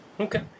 Okay